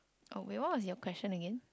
oh wait what was your question again